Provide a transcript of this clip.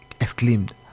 exclaimed